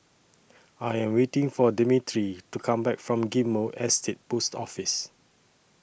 I Am waiting For Demetri to Come Back from Ghim Moh Estate Post Office